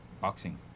boxing